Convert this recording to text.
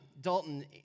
Dalton